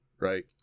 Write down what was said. right